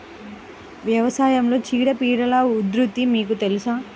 వ్యవసాయంలో చీడపీడల ఉధృతి మీకు తెలుసా?